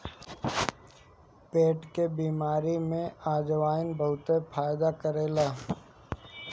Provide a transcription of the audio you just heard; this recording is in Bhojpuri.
पेट के बेमारी में अजवाईन बहुते काम करेला